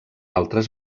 altres